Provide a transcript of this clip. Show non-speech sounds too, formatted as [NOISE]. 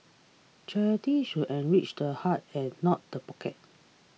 charity should enrich the heart and not the pocket [NOISE]